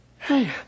Hey